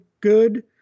good